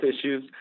issues